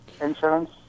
insurance